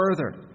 further